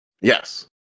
yes